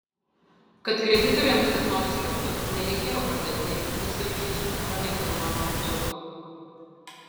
kad kreditoriams kas nors liktų nereikėjo pardavinėti pusvelčiui snoro nekilnojamojo turto